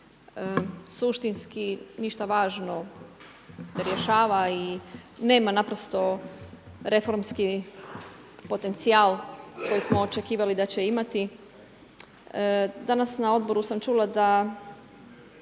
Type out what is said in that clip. suštinski ništa važno rješava i nema naprosto reformski potencijal koji smo očekivali da će imati. Danas na Odboru sam čula da